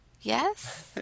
Yes